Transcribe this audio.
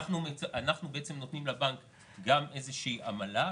אנחנו בעצם נותנים לבנק גם איזושהי עמלה,